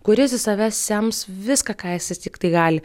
kuris į save sems viską ką jisai tiktai gali